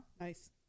Nice